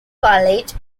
college